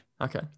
Okay